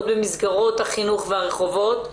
עוד במסגרות החינוך והרחובות.